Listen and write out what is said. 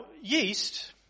yeast